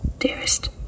Dearest